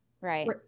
Right